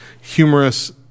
humorous